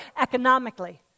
economically